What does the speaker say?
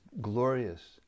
glorious